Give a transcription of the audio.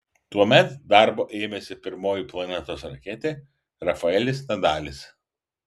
tuomet darbo ėmėsi pirmoji planetos raketė rafaelis nadalis